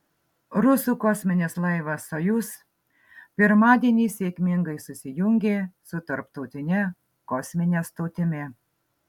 rusų kosminis laivas sojuz pirmadienį sėkmingai susijungė su tarptautine kosmine stotimi